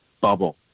bubble